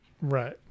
right